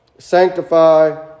sanctify